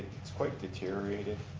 it's quite deteriorated,